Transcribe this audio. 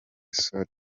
stuart